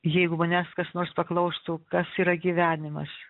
jeigu manęs kas nors paklaustų kas yra gyvenimas